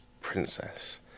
princess